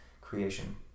creation